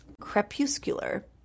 Crepuscular